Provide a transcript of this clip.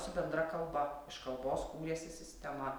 su bendra kalba iš kalbos kūrėsi sistema